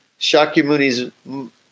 Shakyamuni's